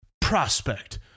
prospect